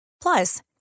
Plus